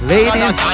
Ladies